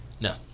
No